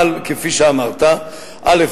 אבל, כפי שאמרת, א.